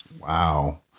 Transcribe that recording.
Wow